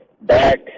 back